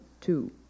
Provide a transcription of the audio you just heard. two